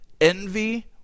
Envy